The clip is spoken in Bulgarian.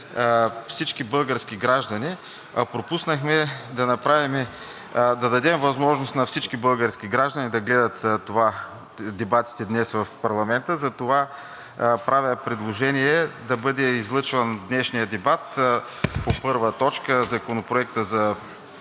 всички български граждани, а пропуснахме да дадем възможност на всички български граждани да гледат дебатите днес в парламента. Затова правя предложение да бъде излъчван днешният дебат по първа точка – Законопроекта за